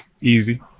Easy